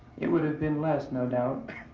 it would have been less, no doubt,